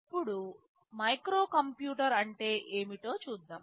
ఇప్పుడు మైక్రోకంప్యూటర్ అంటే ఏమిటో చూద్దాం